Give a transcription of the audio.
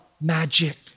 magic